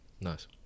nice